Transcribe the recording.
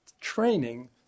training